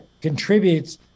contributes